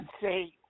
say